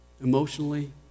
emotionally